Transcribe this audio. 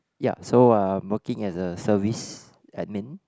ya so I'm working as a service admin